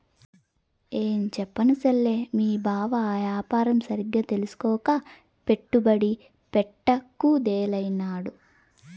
ఏంచెప్పను సెల్లే, మీ బావ ఆ యాపారం సరిగ్గా తెల్సుకోక పెట్టుబడి పెట్ట కుదేలైనాడు